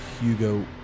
Hugo